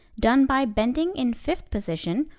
done by bending in fifth position,